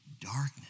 darkness